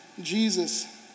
Jesus